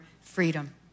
freedom